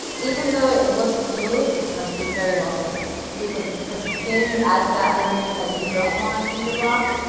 even though it looks smooth, it must be very well-strained because the skin adds that bitterness that you don't want in your broth.